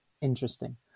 interesting